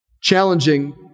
Challenging